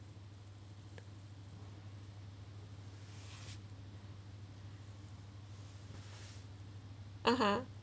(uh huh)